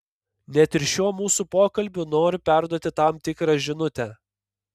net ir šiuo mūsų pokalbiu noriu perduoti tam tikrą žinutę